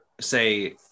say